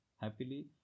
happily